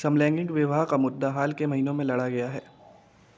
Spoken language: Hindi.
समलैंगिक विवाह का मुद्दा हाल के महीनों में लड़ा गया है